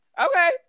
Okay